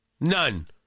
None